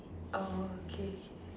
okay